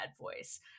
voice